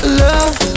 love